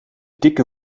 dikke